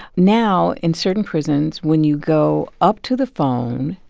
now in certain prisons when you go up to the phone,